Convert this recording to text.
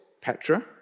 Petra